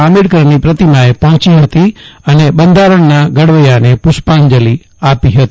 આંબેડકરની પ્રતિમાએ પફોંચી ફતી અને બંધારણના ઘડવૈયાને પૃષ્પાંજલી આપી ફતી